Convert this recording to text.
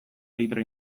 litro